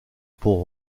pont